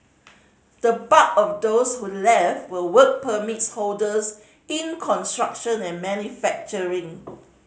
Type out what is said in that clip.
the bulk of those who left were work permits holders in construction and manufacturing